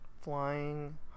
Flying